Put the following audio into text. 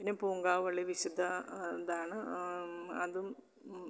പിന്നെ പൂങ്കാവള്ളി വിശുദ്ധ ഇതാണ് അതും